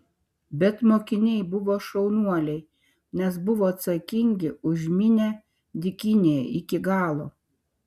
bet mokiniai buvo šaunuoliai nes buvo atsakingi už minią dykynėje iki galo